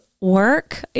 work